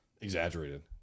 exaggerated